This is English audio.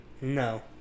No